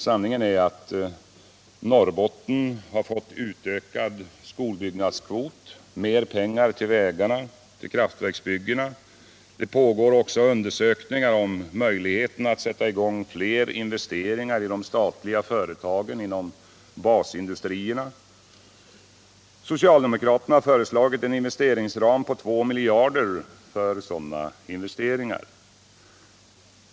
Sanningen är att Norrbotten bl.a. har fått utökad skolbyggnadskvot samt mer pengar till vägarna och kraftverksbyggena. Det pågår också undersökningar om möjligheterna att sätta i gång fler investeringar i de statliga företagen inom basindustrierna. Socialdemokraterna har föreslagit en investeringsram på 2 miljarder för sådana investeringar.